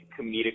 comedic